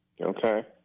Okay